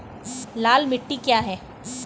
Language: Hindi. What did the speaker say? लाल मिट्टी क्या है?